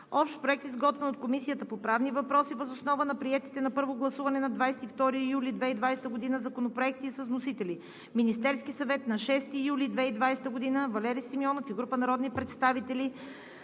Общ проект, изготвен от Комисията по правни въпроси въз основа на приетите на първо гласуване на 22 юли 2020 г. законопроекти с вносители: Министерският съвет, 6 юли 2020 г.; Валери Симеонов и група народни представители,